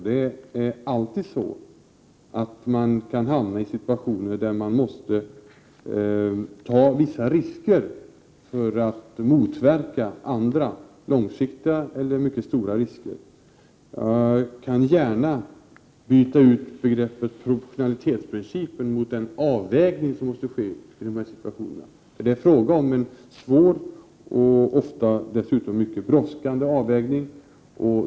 Det är alltid så att man kan hamna i situationer där man måste ta vissa risker för att motverka andra långsiktiga eller mycket stora risker. Jag kan gärna byta ut begreppet proportionalitetsprincipen mot avvägning som måste ske i dessa situationer. Det är fråga om en svår och ofta mycket brådskande avvägning.